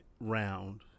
round